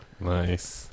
nice